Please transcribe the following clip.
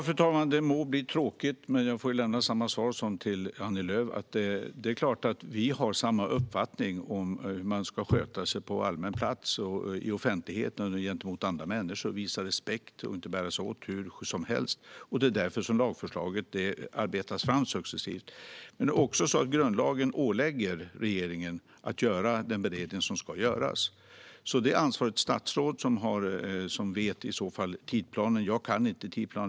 Fru talman! Det må bli tråkigt, men jag får lämna samma svar som till Annie Lööf. Det är klart att vi har samma uppfattning om hur man ska sköta sig på allmän plats, i offentligheten och gentemot andra människor, att visa respekt och inte bära sig åt hur som helst. Det är därför som lagförslaget arbetas fram successivt. Men grundlagen ålägger regeringen att göra den beredning som ska göras. Det är ansvarigt statsråd som vet tidsplanen. Jag kan inte tidsplanen.